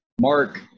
Mark